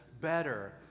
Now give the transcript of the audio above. better